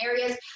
areas